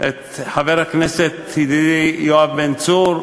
את חבר הכנסת ידידי יואב בן צור,